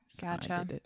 Gotcha